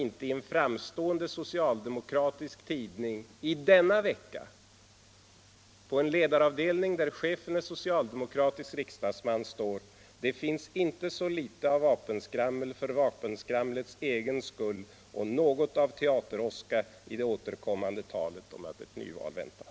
I en framstående socialdemokratisk tidning har det i denna vecka stått följande på en ledaravdelning där chefen är socialdemokratisk riksdagsman: ”Det finns inte så litet av vapenskrammel för vapenskramlets egen skull och något av teateråska i det återkommande talet om att ett nyval väntar.”